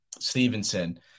Stevenson